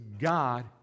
God